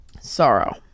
Sorrow